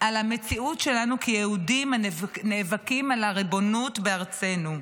על המציאות שלנו כיהודים הנאבקים על הריבונות בארצנו: